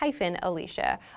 Alicia